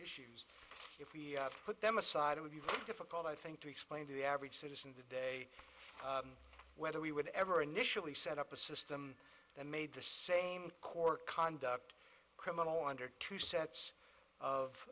international if we put them aside it would be very difficult i think to explain to the average citizen today whether we would ever initially set up a system that made the same court conduct criminal under two sets of